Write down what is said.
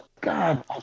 God